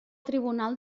tribunal